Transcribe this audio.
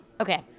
Okay